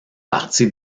partie